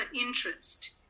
interest